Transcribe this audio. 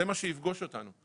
זה מה שיפגוש אותנו,